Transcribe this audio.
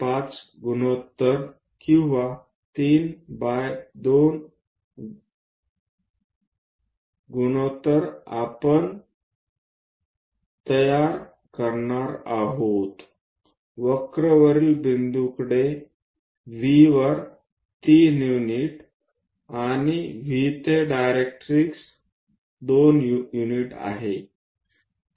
5 गुणोत्तर किंवा 3 बाय 2 गुणोत्तर आपण तयार करणार आहोत वक्र वरील बिंदूकडे V वर 3 युनिट आणि V ते डायरेक्ट्रिक्स 2 युनिट आहेत